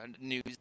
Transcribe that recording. news